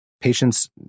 patients